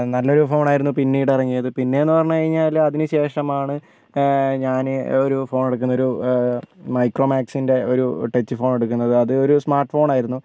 നല്ലൊരു ഫോൺ ആയിരുന്നു പിന്നീട് ഇറങ്ങിയത് പിന്നെയെന്നു പറഞ്ഞു കഴിഞ്ഞാൽ അതിനു ശേഷമാണ് ഞാൻ ഒരു ഫോൺ എടുക്കുന്നത് ഒരു മൈക്രോ മാക്സിൻറ്റെ ഒരു ടച്ച് ഫോൺ എടുക്കുന്നത് അത് ഒരു സ്മാർട്ട് ഫോൺ ആയിരുന്നു